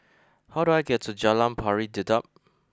how do I get to Jalan Pari Dedap